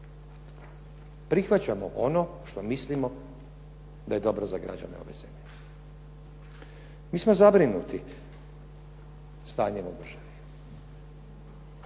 Prihvaćamo ono što mislimo da je dobro za građane ove zemlje. Mi smo zabrinuti stanjem u državi.